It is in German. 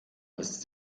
ist